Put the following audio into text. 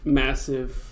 massive